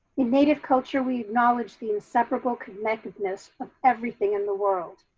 in native culture, we acknowledge the inseparable connectedness of everything in the world.